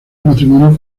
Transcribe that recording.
matrimonio